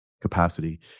capacity